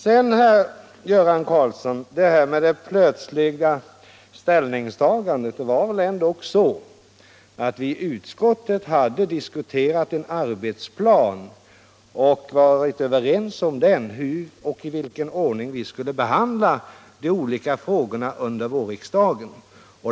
Med det plötsliga ställningstagandet, herr Göran Karlsson, var det väl ändå så att vi i utskottet hade diskuterat en arbetsplan och varit överens om hur och i vilken ordning vi skulle behandla de olika frågorna under vårriksdagen.